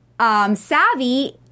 Savvy